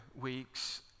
weeks